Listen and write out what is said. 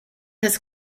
his